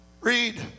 read